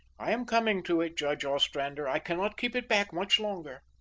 i am coming to it, judge ostrander i cannot keep it back much longer.